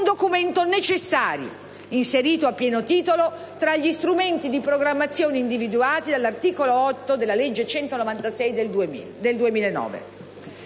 documento necessario, inserito a pieno titolo tra gli strumenti di programmazione individuati dall'articolo 8 della legge n. 196 del 2009.